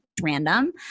random